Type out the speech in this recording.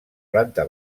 planta